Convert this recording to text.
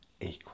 equal